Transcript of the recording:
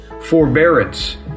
forbearance